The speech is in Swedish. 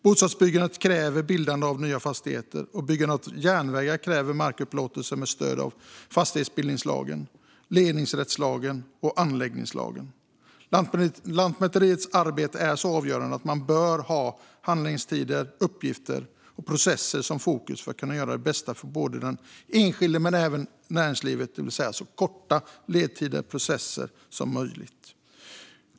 Bostadsbyggandet kräver bildande av nya fastigheter, och byggandet av järnvägar kräver markupplåtelser med stöd av fastighetsbildningslagen, ledningsrättslagen och anläggningslagen. Lantmäteriets arbete är så avgörande att man bör ha handläggningstider, uppgifter och processer som fokus för att kunna göra det bästa både för den enskilde och för näringslivet. Det ska alltså vara så korta ledtider och processer som möjligt.